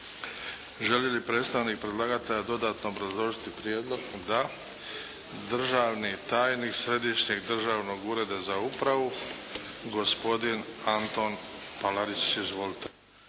Želi li predstavnik predlagatelja dodatno obrazložiti prijedlog? Da. Državni tajnik Središnjeg državnog ureda za upravu gospodin Anton Palarić. Izvolite.